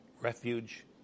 refuge